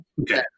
Okay